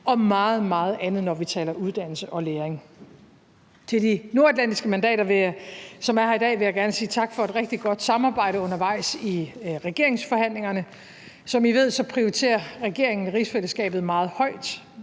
meget andet, når vi taler uddannelse og læring. Til de nordatlantiske mandater, som er her i dag, vil jeg gerne sige tak for et rigtig godt samarbejde undervejs i regeringsforhandlingerne. Som I ved, prioriterer regeringen rigsfællesskabet meget højt.